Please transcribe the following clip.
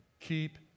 Keep